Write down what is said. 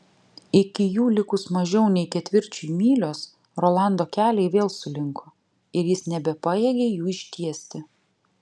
iki jų likus mažiau nei ketvirčiui mylios rolando keliai vėl sulinko ir jis nebepajėgė jų ištiesti